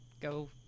Go